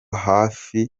hafi